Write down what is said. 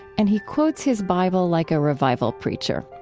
and he quotes his bible like a revival preacher.